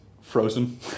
Frozen